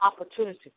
opportunity